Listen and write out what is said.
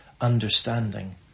understanding